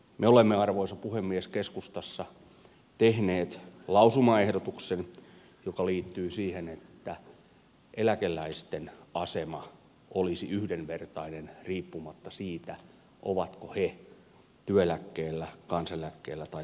me olemme arvoisa puhemies keskustassa tehneet lausumaehdotuksen joka liittyy siihen että eläkeläisten asema olisi yhdenvertainen riippumatta siitä ovatko he työeläkkeellä kansaneläkkeellä vai takuueläkkeellä